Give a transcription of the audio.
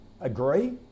agree